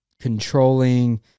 controlling